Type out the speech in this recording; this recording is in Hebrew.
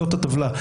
זאת הטבלה.